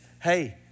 hey